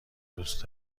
دوست